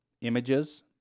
images